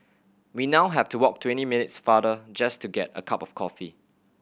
we now have to walk twenty minutes farther just to get a cup of coffee